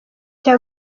cya